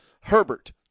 Herbert